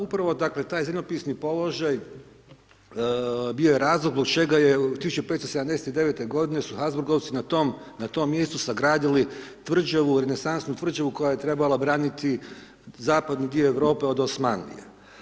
Upravo, dakle, taj zemljopisni položaj, bio je razlog zbog čega je u 1579.-toj godini su Habsburgovci na tom mjestu sagradili tvrđavu, renesansnu tvrđavu koja je trebala braniti zapadni dio Europe od Osmanlije.